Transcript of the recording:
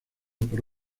por